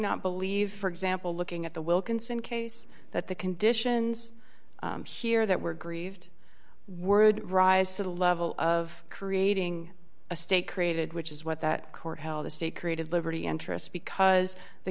not believe for example looking at the wilkinson case that the conditions here that were grieved word rise to the level of creating a state created which is what that court how the state created liberty interest because the